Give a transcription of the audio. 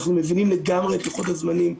אנחנו מבינים לגמרי את לוחות הזמנים,